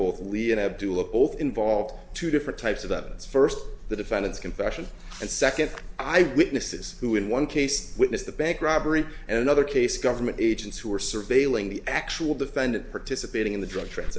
oath involved two different types of the first the defendant's confession and second i've witnesses who in one case witnessed the bank robbery and another case government agents who were surveilling the actual defendant participating in the drug tra